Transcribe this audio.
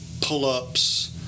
pull-ups